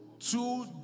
two